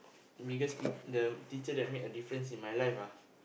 biggest T the teacher that made a difference in my life